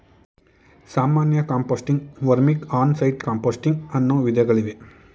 ಸಾಮಾನ್ಯ composting, vermic, on site composting ಅನ್ನೂ ವಿಧಗಳಿವೆ